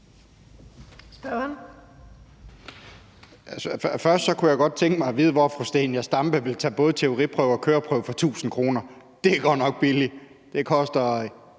Først kunne jeg godt tænke mig at vide, hvor fru Zenia Stampe ville tage både teoriprøve og køreprøve for 1.000 kr. Det er godt nok billigt; det koster